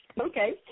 Okay